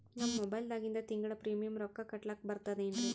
ನಮ್ಮ ಮೊಬೈಲದಾಗಿಂದ ತಿಂಗಳ ಪ್ರೀಮಿಯಂ ರೊಕ್ಕ ಕಟ್ಲಕ್ಕ ಬರ್ತದೇನ್ರಿ?